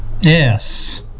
Yes